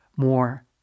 more